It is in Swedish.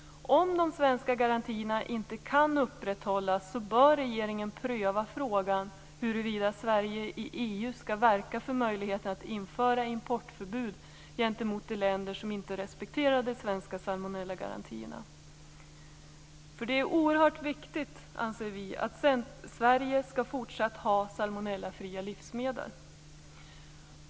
Om de svenska garantierna inte kan upprätthållas bör regeringen pröva frågan huruvida Sverige i EU skall verka för möjligheten att införa importförbud gentemot de länder som inte respekterar de svenska salmonellagarantierna. Vi anser nämligen att det är oerhört viktigt att Sverige fortsatt har salmonellafria livsmedel.